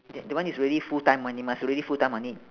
that that one is really full time [one] you must really full time on it